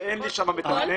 שאין לי שם מתכנן.